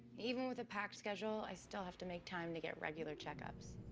even with a packed schedule, i still have to make time to get regular checkups.